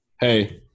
hey